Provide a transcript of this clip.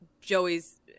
Joey's